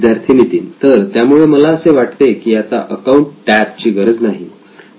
विद्यार्थी नितीन तर त्यामुळे मला असे वाटते की आता अकाउंट टॅब ची गरज नाही